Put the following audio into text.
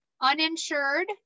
uninsured